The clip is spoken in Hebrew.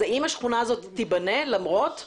האם השכונה הזאת תיבנה למרות זאת?